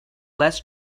less